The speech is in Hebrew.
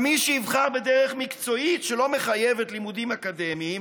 גם מי שיבחר בדרך מקצועית שלא מחייבת לימודים אקדמיים